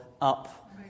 up